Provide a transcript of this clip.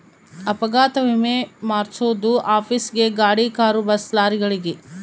ಅಪಘಾತ ವಿಮೆ ಮಾದ್ಸೊದು ಆಫೀಸ್ ಗೇ ಗಾಡಿ ಕಾರು ಬಸ್ ಲಾರಿಗಳಿಗೆ